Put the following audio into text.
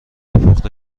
پخته